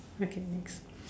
okay next